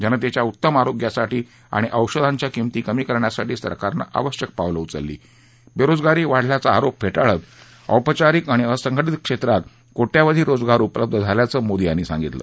जनतेच्या उत्तम आरोग्यासाठी आणि औषधांच्या किंमती कमी करण्यासाठी सरकारनं आवश्यक पावलं उचलली बेरोजगारी वाढल्याचा आरोप फेटाळत औपचारिक आणि असंघटीत क्षेत्रात कोट्यवधी रोजगार उपलब्ध झाल्याचं मोदी यांनी सांगितलं